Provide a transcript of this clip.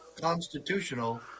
constitutional